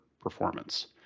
performance